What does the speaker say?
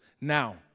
now